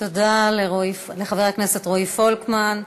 תודה לחבר הכנסת רועי פולקמן.